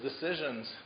decisions